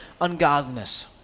ungodliness